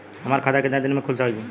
हमर खाता कितना केतना दिन में खुल जाई?